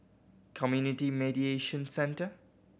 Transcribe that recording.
Community Mediation Centre